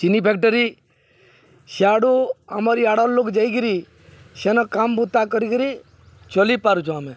ଚିନି ଫ୍ୟାକ୍ଟରୀ ସିଆଡ଼ୁ ଆମର ଇଆଡ଼ର ଲୋକ ଯାଇକିରି ସେନ କାମ ବୁତା କରିକିରି ଚଲିପାରୁଛୁ ଆମେ